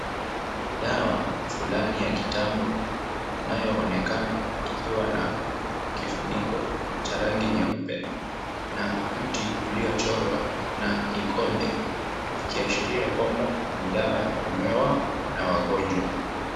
Dawa fulani ya kitambo inayoonekana ikiwa na kifuniko cha rangi nyeupe na mtu uliochorwa na kikombe ikiashiria kwamba ni dawa ya kunywewa na wagonjwa.